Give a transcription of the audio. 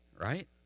right